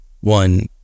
one